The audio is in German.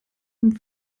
dem